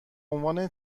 عنوان